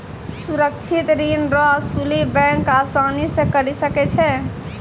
सुरक्षित ऋण रो असुली बैंक आसानी से करी सकै छै